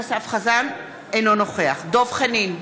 אינו נוכח דב חנין,